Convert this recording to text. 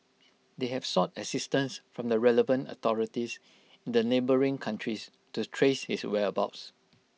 they have sought assistance from the relevant authorities in the neighbouring countries to trace his whereabouts